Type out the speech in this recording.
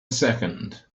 second